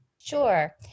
Sure